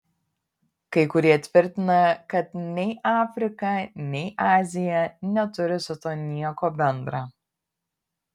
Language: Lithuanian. kai kurie tvirtina kad nei afrika nei azija neturi su tuo nieko bendra